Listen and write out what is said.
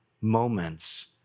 moments